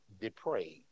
depraved